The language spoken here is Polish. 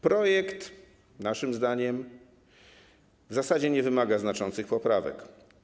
Projekt naszym zdaniem w zasadzie nie wymaga znaczących poprawek.